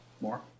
More